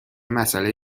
مسئله